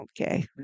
okay